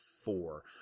four